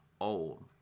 old